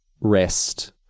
rest